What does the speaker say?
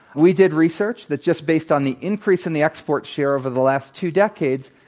we did research that, just based on the increase in the export share over the last two decades,